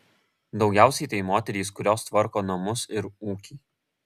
daugiausiai tai moterys kurios tvarko namus ir ūkį